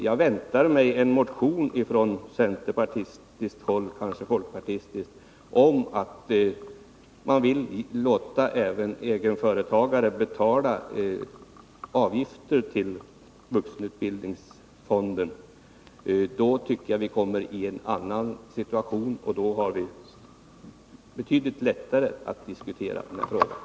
Jag väntar mig en motion från centerpartiet och kanske också från folkpartiet om att även egenföretagarna skall betala avgifter till vuxenut bildningsfonden. Då tycker jag att vi kommer i en annan situation och har betydligt lättare att diskutera frågan.